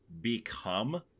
become